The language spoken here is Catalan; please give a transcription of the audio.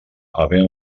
havent